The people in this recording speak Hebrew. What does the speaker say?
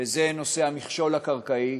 וזה נושא המכשול הקרקעי,